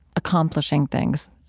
accomplishing things.